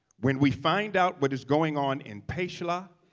when we find out what is going on in pashela